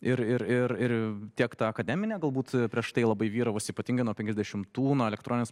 ir ir ir ir tiek to akademinę galbūt prieš tai labai vyravus ypatinga nuo penkiasdešimtų nuo elektroninės